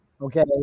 Okay